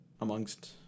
amongst